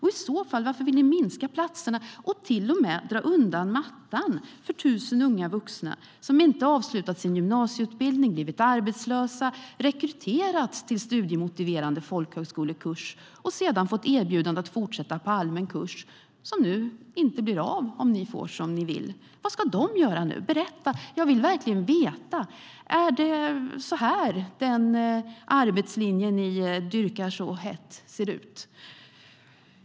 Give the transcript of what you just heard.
I så fall, varför vill ni minska platserna och till och med dra undan mattan för 1 000 unga vuxna som inte avslutat sin gymnasieutbildning, blivit arbetslösa, rekryterats till studiemotiverande folkhögskolekurs och sedan fått erbjudande om att fortsätta på allmän kurs, som nu inte blir av om ni får som ni vill? Vad ska de göra nu? Berätta, jag vill verkligen veta! Är det så här den arbetslinje ni dyrkar så hett ser ut?